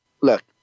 Look